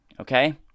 okay